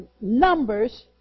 Numbers